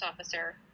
officer